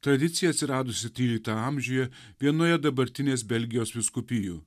tradicija atsiradusi tryliktam amžiuje vienoje dabartinės belgijos vyskupijų